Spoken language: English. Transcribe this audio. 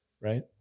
Right